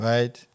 Right